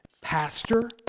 pastor